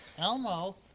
elmo,